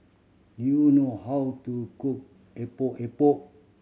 do you know how to cook Epok Epok